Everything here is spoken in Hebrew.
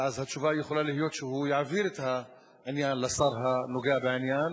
ואז התשובה יכולה להיות שהוא יעביר את העניין לשר הנוגע בעניין,